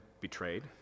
betrayed